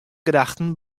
gedachten